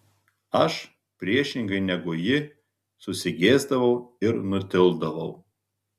aš priešingai negu ji susigėsdavau ir nutildavau